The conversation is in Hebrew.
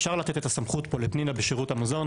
אפשר לתת את הסמכות פה לפנינה בשירות המזון,